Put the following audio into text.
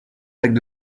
vagues